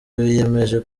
biyemeje